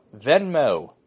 Venmo